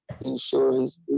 insurance